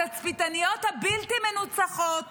התצפיתניות הבלתי-מנוצחות